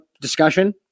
discussion